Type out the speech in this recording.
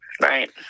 Right